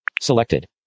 Selected